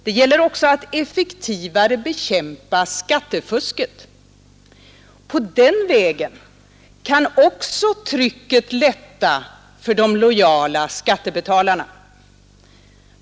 Det gäller också att effektivare bekämpa skattefusket. På den vägen kan också trycket lätta för de lojala skattebetalarna.